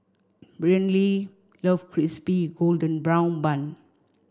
Brynlee love Crispy Golden Brown Bun